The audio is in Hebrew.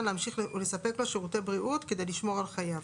להמשיך ולספק לו שירותי בריאות כדי לשמור על חייו.